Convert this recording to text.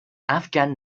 afghan